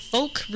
Folk